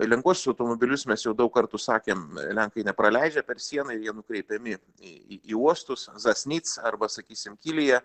lengvuosius automobilius mes jau daug kartų sakėm lenkai nepraleidžia per sieną ir jie nukreipiami į į į uostus zasnic arba sakysim kylyje